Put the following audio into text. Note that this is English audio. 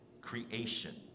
creation